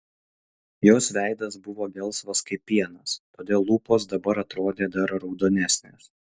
jos veidas buvo gelsvas kaip pienas todėl lūpos dabar atrodė dar raudonesnės